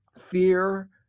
fear